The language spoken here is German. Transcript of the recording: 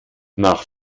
nach